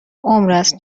عمرست